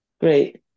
Great